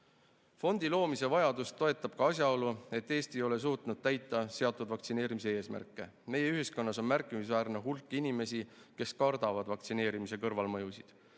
loomise vajadust toetab ka asjaolu, et Eesti ei ole suutnud täita seatud vaktsineerimiseesmärke. Meie ühiskonnas on märkimisväärne hulk inimesi, kes kardavad vaktsineerimise kõrvalmõjusid.